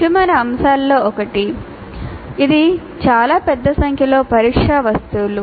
ముఖ్యమైన అంశాలలో ఒకటి ఇది చాలా పెద్ద సంఖ్యలో పరీక్షా వస్తువులు